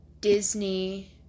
Disney